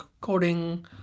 coding